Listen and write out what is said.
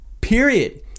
period